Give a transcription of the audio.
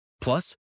Plus